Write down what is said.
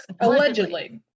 allegedly